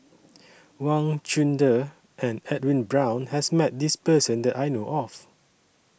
Wang Chunde and Edwin Brown has Met This Person that I know of